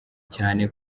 cyane